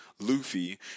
Luffy